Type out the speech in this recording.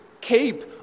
keep